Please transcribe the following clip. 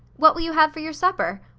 what will you have for your supper?